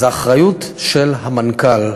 זה האחריות של המנכ"ל.